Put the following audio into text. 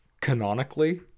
canonically